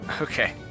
Okay